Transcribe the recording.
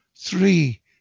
Three